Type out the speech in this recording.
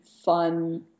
fun